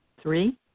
Three